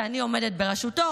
שאני עומדת בראשותו.